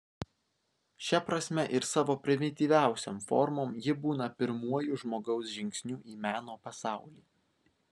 šia prasme ir savo primityviausiom formom ji būna pirmuoju žmogaus žingsniu į meno pasaulį